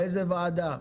באיזו ועדה?